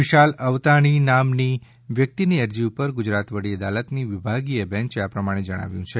વિશાલ અવતાણી નામની વ્યક્તિની અરજી ઉપર ગુજરાત વડી અદાલતની વિભાગીય બેન્ચે આ પ્રમાણે જણાવ્યું છે